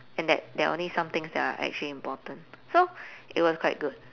and that there are only some things that are actually important so it was quite good